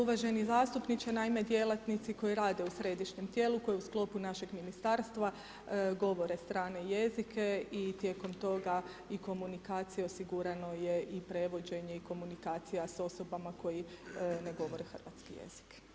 Uvaženi zastupniče naime djelatnici koji rade u središnjem tijelu koje je u sklopu našeg ministarstva govore strane jezike i tijekom toga i komunikacija osigurano je i prevođenje i komunikacija s osobama koje ne govore hrvatski jezik.